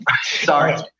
Sorry